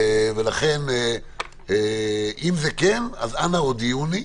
לכן אם זה כן, אנא הודיעוני,